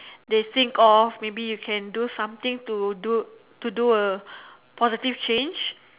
they think of maybe you can do something to do to do a positive change